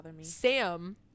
Sam